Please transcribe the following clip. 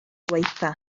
gwaethaf